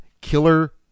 killer